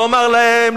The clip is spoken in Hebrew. תאמר להם,